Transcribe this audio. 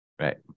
right